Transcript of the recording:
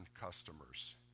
customers